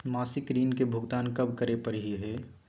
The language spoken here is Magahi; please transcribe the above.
मासिक ऋण के भुगतान कब करै परही हे?